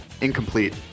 Incomplete